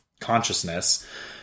consciousness